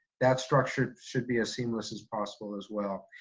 that structure should be as seamless as possible as well.